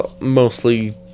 mostly